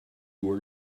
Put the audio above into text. who